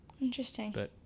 Interesting